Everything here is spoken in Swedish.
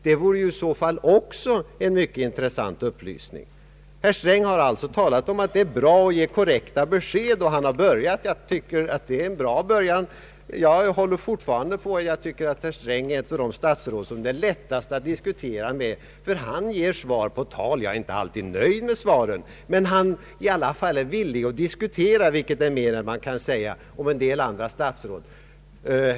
Det vore i så fall också en mycket intressant upplysning. Herr Sträng har talat om att det är bra att ge korrekta besked. Han har börjat med det, och jag tycker att det är en bra början. Jag håller fortfarande på att herr Sträng är ett av de statsråd som det är lättast att diskutera med, för han ger svar på tal. Jag är inte alltid nöjd med svaren, men han är i alla fall villig att diskutera, vilket är mer än man kan säga om en del andra statsråd.